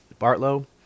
Bartlow